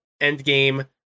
Endgame